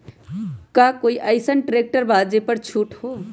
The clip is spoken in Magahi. का कोइ अईसन ट्रैक्टर बा जे पर छूट हो?